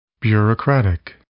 Bureaucratic